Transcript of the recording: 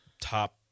top